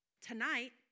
tonight